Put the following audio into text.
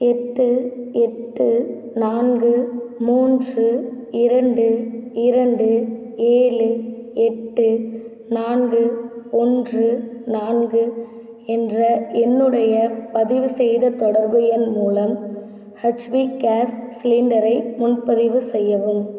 எட்டு எட்டு நான்கு மூன்று இரண்டு இரண்டு ஏழு எட்டு நான்கு ஒன்று நான்கு என்ற என்னுடைய பதிவுசெய்த தொடர்பு எண் மூலம் ஹச்பி கேஸ் சிலிண்டரை முன்பதிவு செய்யவும்